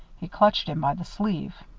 he clutched him by the sleeve.